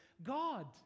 God